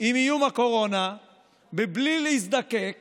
עם איום הקורונה בלי להזדקק